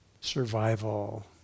survival